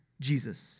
Jesus